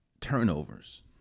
turnovers